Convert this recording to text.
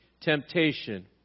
temptation